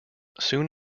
soon